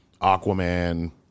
Aquaman